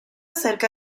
cerca